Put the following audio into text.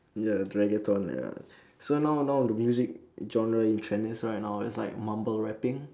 ya it's reggaeton ya so now now the music genre in trend is right now is like mumble rapping